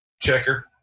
checker